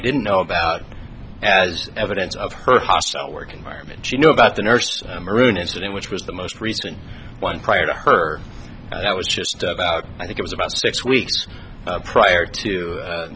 we didn't know about as evidence of her hostile work environment she knew about the nurse maroon incident which was the most recent one prior to her that was just about i think it was about six weeks prior to